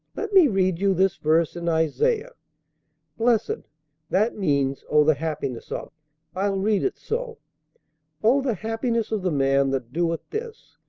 let me read you this verse in isaiah blessed' that means, o the happiness of i'll read it so o the happiness of the man that doeth this,